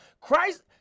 Christ